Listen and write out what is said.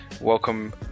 welcome